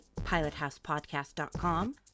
pilothousepodcast.com